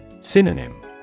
Synonym